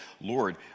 Lord